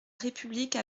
république